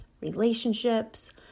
relationships